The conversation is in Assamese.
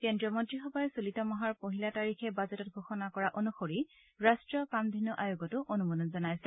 কেন্দ্ৰীয় মন্ত্ৰীসভাই চলিত মাহৰ পহিলা তাৰিখে বাজেটত ঘোষণা কৰা অনুসৰি ৰাষ্ট্ৰীয় কামধেনু আয়োগতো অনুমোদন জনাইছে